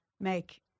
make